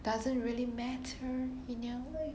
doesn't really matter you know